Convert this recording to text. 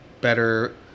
better